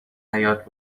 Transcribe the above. حیاط